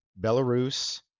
Belarus